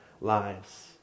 lives